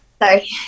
sorry